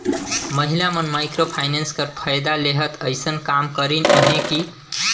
महिला मन micro finance कर फएदा लेहत अइसन काम करिन अहें कि